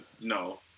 No